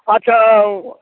अच्छा ओ